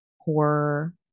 horror